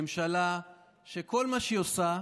ממשלה שכל מה שהיא עושה,